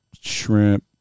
shrimp